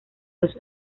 los